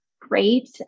great